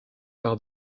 par